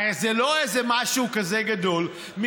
הרי זה לא איזה משהו גדול כזה,